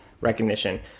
recognition